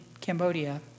Cambodia